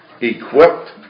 equipped